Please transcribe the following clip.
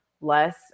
less